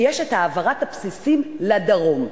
כי יש העברת הבסיסים לדרום.